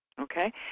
Okay